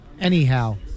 Anyhow